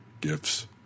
Gifts